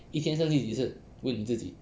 一天生气几次你问你自己